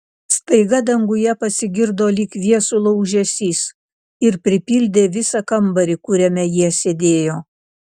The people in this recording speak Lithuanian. staiga danguje pasigirdo lyg viesulo ūžesys ir pripildė visą kambarį kuriame jie sėdėjo